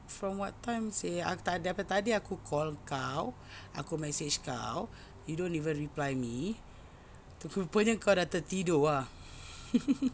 from what time seh aku tadi daripada tadi aku call kau aku message kau you don't even reply me rupa-rupanya kau dah tertidur ah